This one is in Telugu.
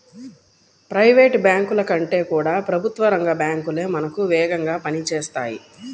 ప్రైవేట్ బ్యాంకుల కంటే కూడా ప్రభుత్వ రంగ బ్యాంకు లే మనకు వేగంగా పని చేస్తాయి